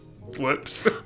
Whoops